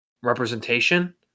representation